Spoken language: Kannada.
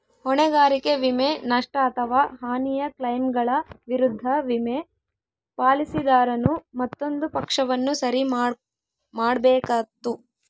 ಹೊಣೆಗಾರಿಕೆ ವಿಮೆ, ನಷ್ಟ ಅಥವಾ ಹಾನಿಯ ಕ್ಲೈಮ್ಗಳ ವಿರುದ್ಧ ವಿಮೆ, ಪಾಲಿಸಿದಾರನು ಮತ್ತೊಂದು ಪಕ್ಷವನ್ನು ಸರಿ ಮಾಡ್ಬೇಕಾತ್ತು